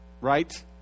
right